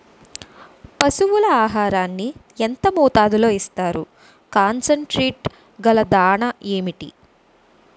పశువుల ఆహారాన్ని యెంత మోతాదులో ఇస్తారు? కాన్సన్ ట్రీట్ గల దాణ ఏంటి?